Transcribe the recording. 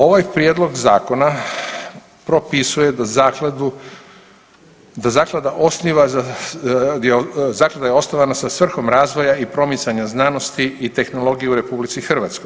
Ovaj prijedlog zakona propisuje da zakladu, da zaklada osniva, zaklada je osnovana sa svrhom razvoja i promicanja znanosti i tehnologije u RH.